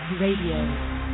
Radio